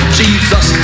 jesus